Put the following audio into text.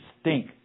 stink